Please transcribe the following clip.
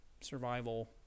survival